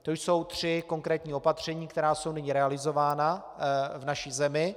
To jsou tři konkrétní opatření, která jsou nyní realizována v naší zemi.